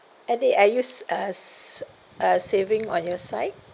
adik are you uh uh saving on your side